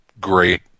great